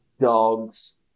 dogs